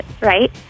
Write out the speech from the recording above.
right